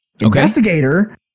Investigator